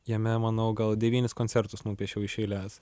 jame manau gal devynis koncertus nupiešiau iš eilės